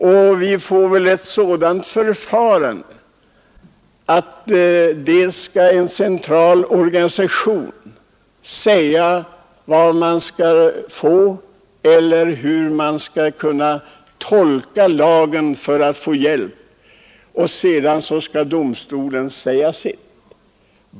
Och vi får väl ett sådant förfarande att ett centralt organ säger hur man skall tolka lagen för att få rättshjälp, och sedan skall domstolen säga sitt.